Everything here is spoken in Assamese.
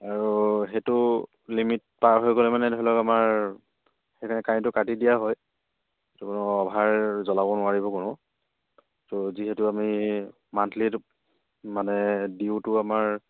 আৰু সেইটো লিমিট পাৰ হৈ গ'লে মানে ধৰি লওক আমাৰ সেইকাৰণে কাৰেন্টটো কাটি দিয়া হয় অভাৰ জ্বলাব নোৱাৰিব কোনো ত' যিহেতু আমি মান্থলি সেইটো মানে ডিউটো আমাৰ